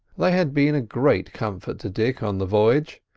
they had been a great comfort to dick on the voyage.